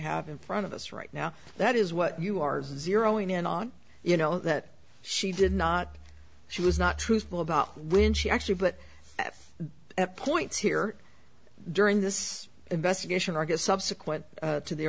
have in front of us right now that is what you are zeroing in on you know that she did not she was not truthful about when she actually but at that point here during this investigation i guess subsequent to the